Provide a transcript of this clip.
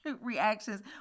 reactions